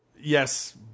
yes